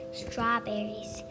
strawberries